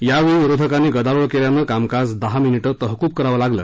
त्यावेळी विरोधकांनी गदारोळ केल्यानं कामकाज दहा मिनीटं तहकूब करावं लागलं